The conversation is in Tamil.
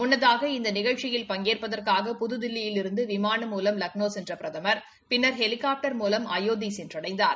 முன்னதாக இந்த நிகழ்ச்சியில் பங்கேற்பதற்காக புதுதில்லியிலிருந்து விமானம் மூலம் லக்னோ சென்ற பிரதமர் பின்னர் ஹெலிகாப்டர் மூலம் அயோத்தி சென்றடைந்தார்